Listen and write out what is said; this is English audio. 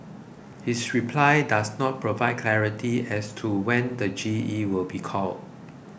his reply does not provide clarity as to when the G E will be called